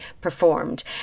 performed